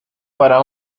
para